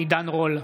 עידן רול,